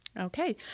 Okay